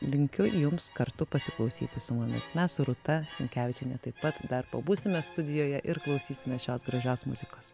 linkiu jums kartu pasiklausyti su mumis mes rūta sinkevičienė taip pat dar pabūsime studijoje ir klausysime šios gražios muzikos